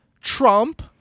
Trump